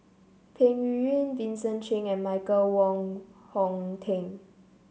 Peng Yuyun Vincent Cheng and Michael Wong Hong Teng